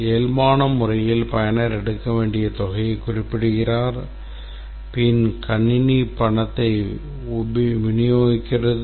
இயல்பான முறையில் பயனர் எடுக்க வேண்டிய தொகையைக் குறிப்பிடுகிறார் பின் கணினி பணத்தை விநியோகிக்கிறது